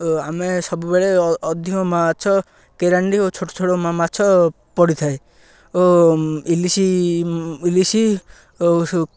ଓ ଆମେ ସବୁବେଳେ ଅଧିକ ମାଛ କେରାଣ୍ଡି ଓ ଛୋଟ ଛୋଟ ମାଛ ପଡ଼ିଥାଏ ଓ ଇଲିଶ ଇଲିଶି ଓ